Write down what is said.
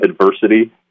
adversity